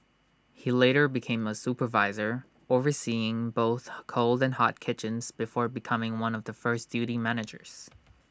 he later became A supervisor overseeing both the cold and hot kitchens before becoming one of the first duty managers